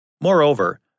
Moreover